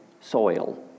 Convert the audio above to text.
soil